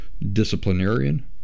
disciplinarian